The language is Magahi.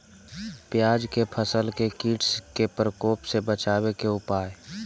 प्याज के फसल के कीट के प्रकोप से बचावे के उपाय?